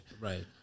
right